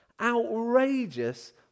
outrageous